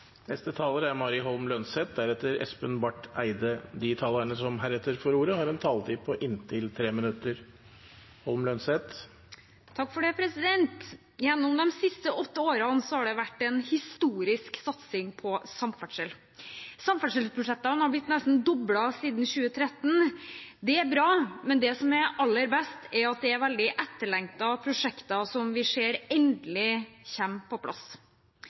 De talerne som heretter får ordet, har en taletid på inntil 3 minutter. Gjennom de siste åtte årene har det vært en historisk satsing på samferdsel. Samferdselsbudsjettene har blitt nesten doblet siden 2013. Det er bra, men det som er aller best, er at det er veldig etterlengtede prosjekter som vi ser at endelig kommer på plass.